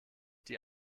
die